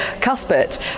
Cuthbert